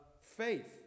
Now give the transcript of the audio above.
faith